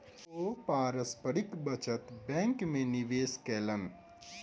ओ पारस्परिक बचत बैंक में निवेश कयलैन